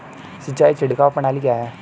सिंचाई छिड़काव प्रणाली क्या है?